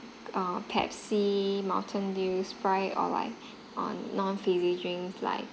uh pepsi mountain dew sprite or like on non fizzy drinks like